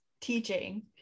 teaching